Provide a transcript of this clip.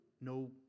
No